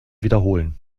wiederholen